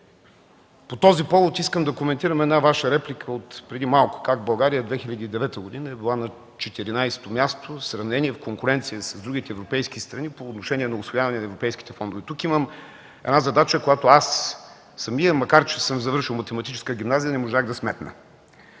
По този повод искам да коментирам една Ваша реплика отпреди малко – как България в 2009 г. е била на 14-то място в сравнение и в конкуренция с другите европейски страни по отношение на усвояване на европейските фондове? Тук има една задача, която аз самият, макар че съм завършил Математическата гимназия, не можах да сметна.